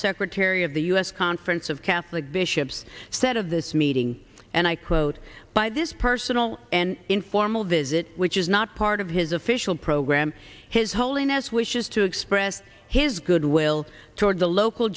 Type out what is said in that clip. secretary of the u s conference of catholic bishops said of this meeting and i quote by this personal and informal visit which is not part of his official program his holiness wishes to express his goodwill toward the local